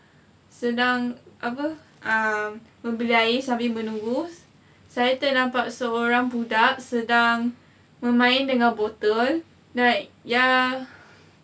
sedang apa um mengambil air sambil menunggu saya ternampak seorang budak sedang memain dengan bottle like yang